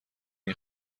این